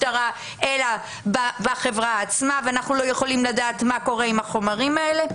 אלא בחברה עצמה ואנחנו לא יכולים לדעת מה קורה עם החומרים האלה.